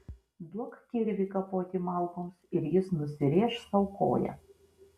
duok kirvį kapoti malkoms ir jis nusirėš sau koją